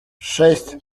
шесть